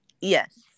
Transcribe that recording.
Yes